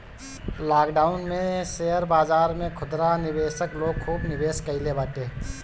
lockdown में share बाजार में खुदरा निवेशक लोग खूब निवेश कईले बाटे